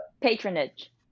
patronage